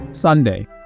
Sunday